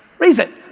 raise it.